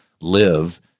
live